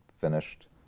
finished